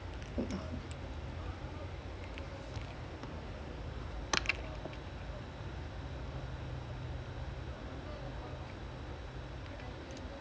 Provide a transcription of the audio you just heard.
ya it's like no like they say it's as if you pressure right then they are almost not only playing as a team but they are to like prove their uh position in the team like that something like that